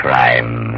Crime